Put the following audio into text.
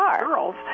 girls